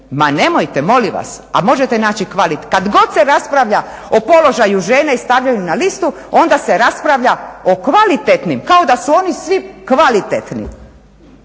Ma nemojte molim vas, a možete naći … Kada god se raspravlja o položaju žene i stavljaju na listu onda se raspravlja o kvalitetnim kao da su oni svi kvalitetni.